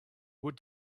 what